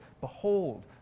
Behold